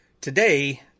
today